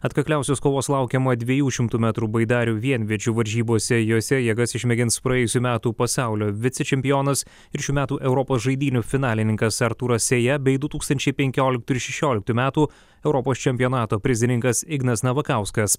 atkakliausios kovos laukiama dviejų šimtų metrų baidarių vienviečių varžybose jose jėgas išmėgins praėjusių metų pasaulio vicečempionas ir šių metų europos žaidynių finalininkas artūras sėja bei du tūkstančiai penkioliktų ir šešioliktų metų europos čempionato prizininkas ignas navakauskas